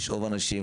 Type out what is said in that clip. לשאוב אנשים,